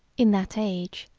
in that age,